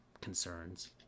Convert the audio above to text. concerns